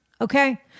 Okay